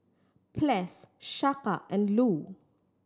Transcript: Ples Chaka and Lou